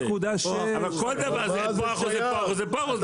פה זה אחוז ופה אחוז ופה אחוז,